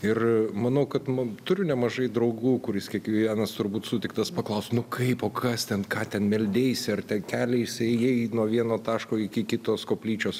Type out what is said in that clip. ir manau kad ma turiu nemažai draugų kuris kiekvienas turbūt sutiktas paklaus nu kaip o kas ten ką ten meldeisi ar ten keliais ėjai nuo vieno taško iki kitos koplyčios